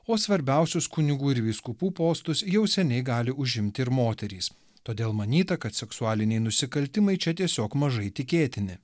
o svarbiausius kunigų ir vyskupų postus jau seniai gali užimti ir moterys todėl manyta kad seksualiniai nusikaltimai čia tiesiog mažai tikėtini